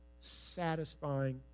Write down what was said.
satisfying